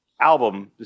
album